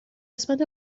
قسمت